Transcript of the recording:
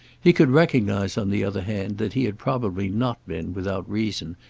he could recognise on the other hand that he had probably not been without reason,